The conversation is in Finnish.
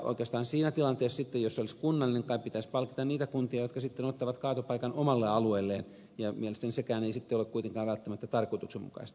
oikeastaan siinä tilanteessa sitten jos se olisi kunnallinen kai pitäisi palkita niitä kuntia jotka sitten ottavat kaatopaikan omalle alueelleen ja mielestäni sekään ei ole sitten kuitenkaan välttämättä tarkoituksenmukaista